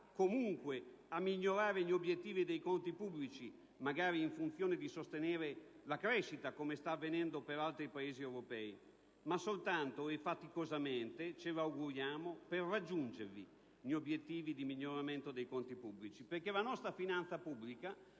comunque a migliorare gli obiettivi dei conti pubblici, magari in funzione di sostenere la crescita come sta avvenendo per altri Paesi europei, ma soltanto, e faticosamente (ce lo auguriamo) a raggiungere gli obiettivi di miglioramento dei conti pubblici, perché la nostra finanza pubblica,